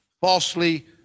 falsely